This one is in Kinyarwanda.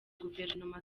guverinoma